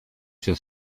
się